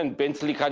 and bentley